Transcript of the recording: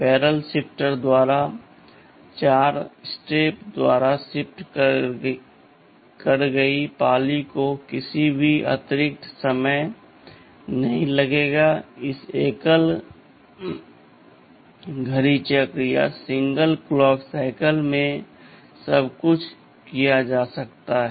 barrel shifter द्वारा 4 पदों द्वारा शिफ्ट कर गई पाली को किसी भी अतिरिक्त समय नहीं लगेगा उस एकल घड़ी चक्र में सब कुछ किया जा सकता है